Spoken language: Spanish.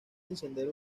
encender